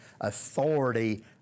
authority